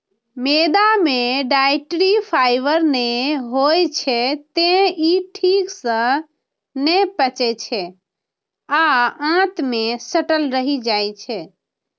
मैदा मे dietary fibre नै होइ छै, तें ई ठीक सं नै पचै छै आ आंत मे सटल रहि जाइ छै